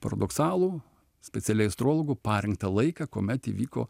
paradoksalų specialiai astrologų parinktą laiką kuomet įvyko